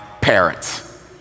parents